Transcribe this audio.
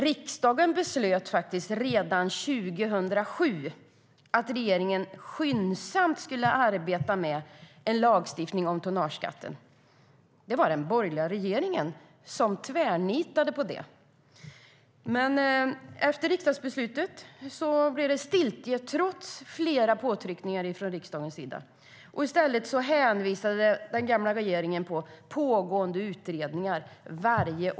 Riksdagen beslutade redan 2007 att regeringen skyndsamt skulle arbeta med en lagstiftning om tonnageskatten, men den borgerliga regeringen tvärnitade. Efter riksdagsbeslutet blev det stiltje trots flera påtryckningar från riksdagen. I stället hänvisade den gamla regeringen varje år till pågående utredningar.